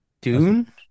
dune